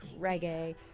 reggae